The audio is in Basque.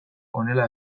honela